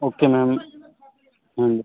okay ma'am ਹਾਂਜੀ